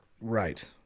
Right